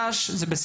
לא.